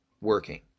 working